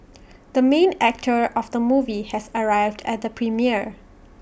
the main actor of the movie has arrived at the premiere